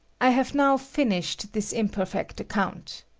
i hove now finished this imperfect account.